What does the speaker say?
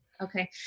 Okay